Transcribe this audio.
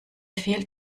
fehlt